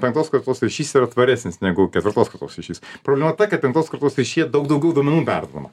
penktos kartos ryšys yra tvaresnis negu ketvirtos kartos ryšys problema ta kad penktos kartos ryšyje daug daugiau duomenų perduodama